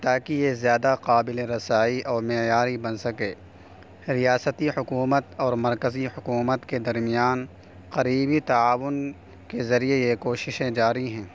تاکہ یہ زیادہ قابل رسائی اور معیاری بن سکے ریاستی حکومت اور مرکزی حکومت کے درمیان قریبی تعاون کے ذریعے یہ کوششیں جاری ہیں